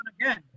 again